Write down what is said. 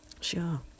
sure